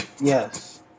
Yes